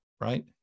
right